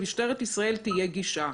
למשטרת ישראל תהיה גישה.